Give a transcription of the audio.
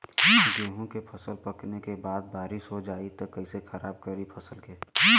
गेहूँ के फसल पकने के बाद बारिश हो जाई त कइसे खराब करी फसल के?